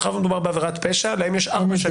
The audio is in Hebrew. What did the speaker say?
מאחר ומדובר בעבירת פשע להם יש ארבע שנים.